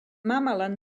mammalian